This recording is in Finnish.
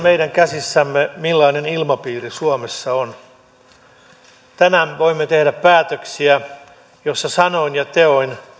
meidän käsissämme millainen ilmapiiri suomessa on tänään me voimme tehdä päätöksiä joissa sanoin ja teoin